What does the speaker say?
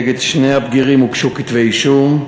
נגד שני הבגירים הוגשו כתבי-אישום,